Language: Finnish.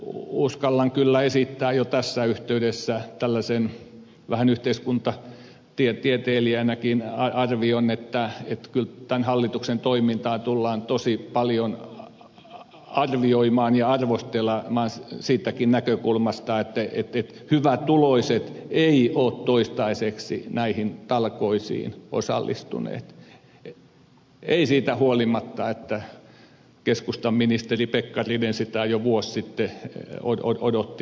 uskallan kyllä esittää jo tässä yhteydessä tällaisen vähän yhteiskuntatieteilijänäkin arvion että kyllä tämän hallituksen toimintaa tullaan tosi paljon arvioimaan ja arvostelemaan siitäkin näkökulmasta että hyvätuloiset eivät ole toistaiseksi näihin talkoisiin osallistuneet eivät siitä huolimatta että keskustan ministeri pekkarinen sitä jo vuosi sitten odotti